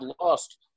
lost